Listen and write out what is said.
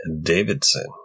Davidson